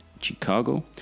Chicago